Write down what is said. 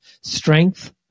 strength